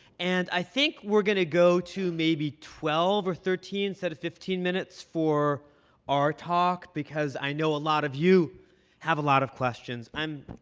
and i think we're going to go to maybe twelve or thirteen, instead of fifteen, minutes for our talk because i know a lot of you have a lot of questions. um